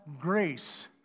grace